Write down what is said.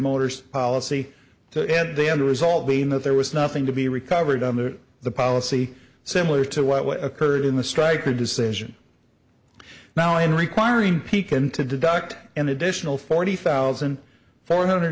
motors policy to end the end result being that there was nothing to be recovered on the the policy similar to what occurred in the strike or decision well in requiring pekin to deduct an additional forty thousand four hundred